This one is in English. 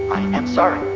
i am sorry.